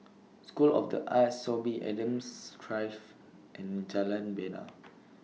School of The Arts Sorby Adams Drive and Jalan Bena